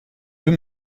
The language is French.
veux